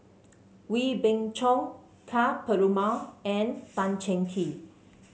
Wee Beng Chong Ka Perumal and Tan Cheng Kee